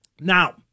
Now